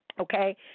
Okay